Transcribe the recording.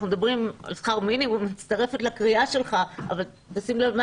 אנחנו מדברים על שכר מינימום ואני מצטרפת לקריאה שלך אבל תשים לב מה